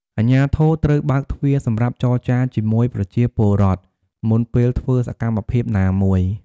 អាជ្ញាធរត្រូវបើកទ្វារសម្រាប់ចរចាជាមួយប្រជាពលរដ្ឋមុនពេលធ្វើសកម្មភាពណាមួយ។